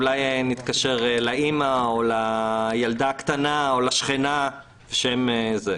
אולי נתקשר לאימא או לילדה הקטנה או לשכנה שיהיו מתווכים.